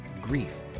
grief